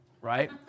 right